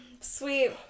sweet